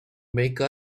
make